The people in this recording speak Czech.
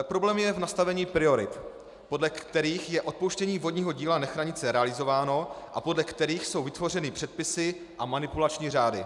Problém je v nastavení priorit, podle kterých je odpouštění vodního díla Nechranice realizováno a podle kterých jsou vytvořeny předpisy a manipulační řády.